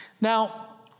Now